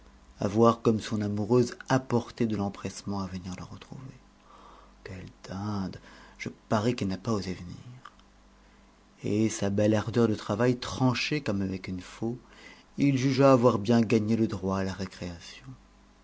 voir comme son amoureuse apportait de l'empressement à venir le retrouver quelle dinde je parie qu'elle n'a pas osé venir et sa belle ardeur de travail tranchée comme avec une faux il jugea avoir bien gagné le droit à la récréation